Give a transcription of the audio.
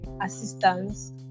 assistance